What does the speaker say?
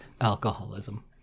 alcoholism